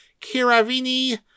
Kiravini